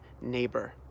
neighbor